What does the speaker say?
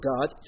God